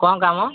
କ'ଣ କାମ